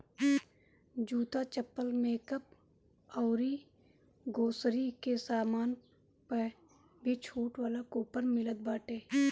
जूता, चप्पल, मेकअप अउरी ग्रोसरी के सामान पअ भी छुट वाला कूपन मिलत बाटे